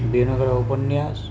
ବିଭିନ୍ନ ପ୍ରକାର୍ ଉପନ୍ୟାସ୍